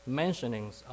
mentionings